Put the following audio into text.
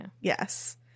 Yes